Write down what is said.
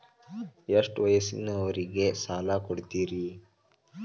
ಎಷ್ಟ ವಯಸ್ಸಿನವರಿಗೆ ಸಾಲ ಕೊಡ್ತಿರಿ?